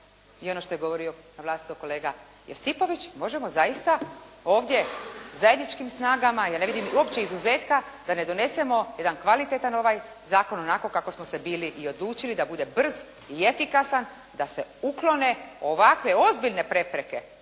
i ono što je govorio kolega Josipović, možemo zaista ovdje zajedničkim snagama, ja ne vidim uopće izuzetka da ne donesemo jedan kvalitetan ovaj zakon onako kako smo se bili i odlučili da bude brz i efikasan, da se uklone ovakve ozbiljne prepreke,